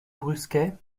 brusquets